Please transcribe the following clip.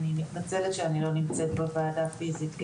אני מתנצלת שהפעם, לא